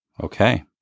Okay